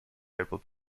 able